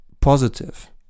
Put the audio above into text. positive